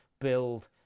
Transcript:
build